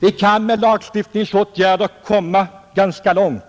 Vi kan med lagstiftningsåtgärder komma ganska långt.